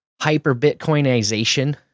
hyper-Bitcoinization